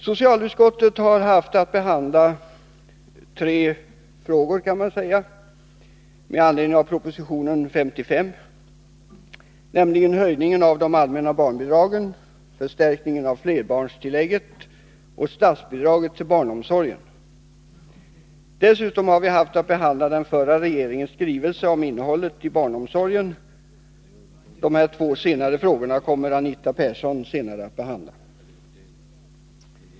Socialutskottet har haft att behandla tre frågor med anledning av proposition 1982/83:55, nämligen höjningen av det allmänna barnbidraget, förstärkningen av flerbarnstillägget och statsbidraget till barnomsorgen. Dessutom har vi haft att behandla den förra regeringens skrivelse om innehållet i barnomsorgen. De två sistnämnda frågorna kommer Anita Nr 50 Persson senare att beröra.